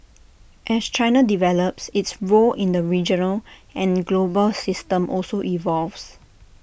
as China develops its role in the regional and global system also evolves